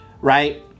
right